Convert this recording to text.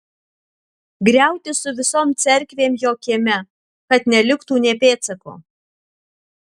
griauti su visom cerkvėm jo kieme kad neliktų nė pėdsako